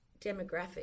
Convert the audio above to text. demographic